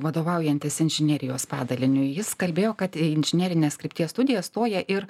vadovaujantis inžinerijos padaliniui jis kalbėjo kad inžinerinės krypties studijas stoja ir